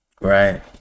Right